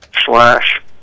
slash